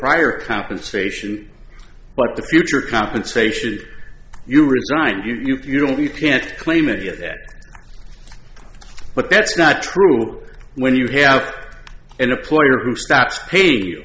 prior compensation but the future compensation you resigned you don't you can't claim it that but that's not true when you have in a player who stops p